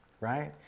right